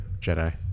jedi